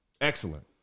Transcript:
Excellent